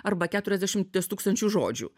arba keturiasdešimies tūkstančių žodžių